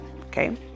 okay